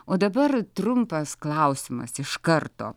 o dabar trumpas klausimas iš karto